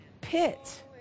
pit